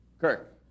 Kirk